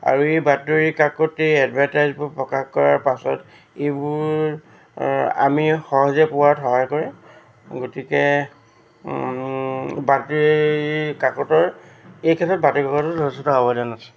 আৰু এই বাতৰি কাকতে এডভাৰটাইজবোৰ প্ৰকাশ কৰাৰ পাছত এইবোৰ আমি সহজে পোৱাত সহায় কৰে গতিকে বাতৰি কাকতৰ এই ক্ষেত্ৰত বাতৰি কাকতৰ যথেষ্ট অৱদান আছে